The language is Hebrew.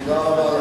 תודה רבה.